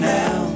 now